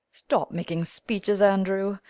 stop making speeches, andrew.